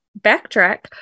backtrack